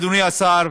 אדוני השר,